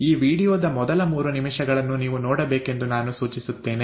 ಈ ವೀಡಿಯೊದ ಮೊದಲ ಮೂರು ನಿಮಿಷಗಳನ್ನು ನೀವು ನೋಡಬೇಕೆಂದು ನಾನು ಸೂಚಿಸುತ್ತೇನೆ